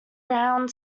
round